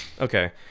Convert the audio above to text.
Okay